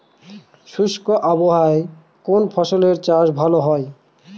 শুষ্ক আবহাওয়ায় কোন ফসলের চাষ ভালো হয়?